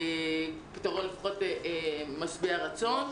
שום פתרון משביע רצון.